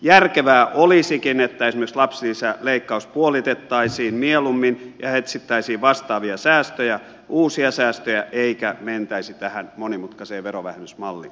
järkevää olisikin että esimerkiksi lapsilisäleikkaus puolitettaisiin mieluummin ja etsittäisiin vastaavia säästöjä uusia säästöjä eikä mentäisi tähän monimutkaiseen verovähennysmalliin